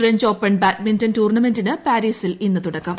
French open badminton ടൂർണമെന്റിന് പാരീസിൽ ഇന്ന് തുടക്കം